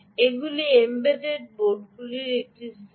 এগুলি এমবেডেড বোর্ডগুলির একটি সেট